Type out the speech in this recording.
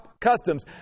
customs